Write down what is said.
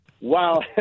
wow